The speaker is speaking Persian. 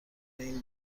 این